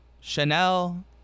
Chanel